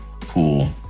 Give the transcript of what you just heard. cool